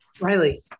Riley